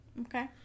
okay